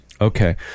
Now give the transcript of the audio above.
Okay